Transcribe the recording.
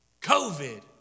COVID